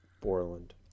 Borland